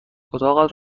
اتاقت